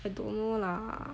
I don't know lah